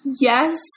Yes